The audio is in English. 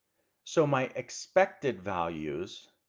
so my expected values